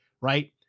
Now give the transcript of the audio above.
Right